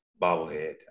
bobblehead